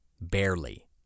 barely